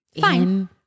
Fine